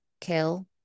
kill